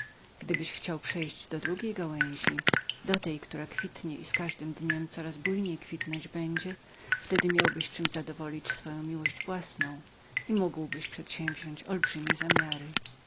gdybyś chciał przejść do drugiej gałęzi do tej która kwitnie i z każdym dniem coraz bujniej kwitnąć będzie wtedy miałbyś czem zadowolić twoją miłość własną i mógłbyś przedsięwziąść olbrzymie zamiary